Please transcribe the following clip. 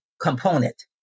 component